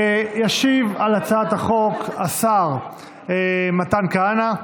ישיב על הצעת החוק השר מתן כהנא.